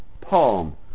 palm